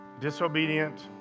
disobedient